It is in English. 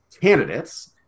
candidates